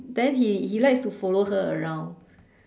there he he like to follow her around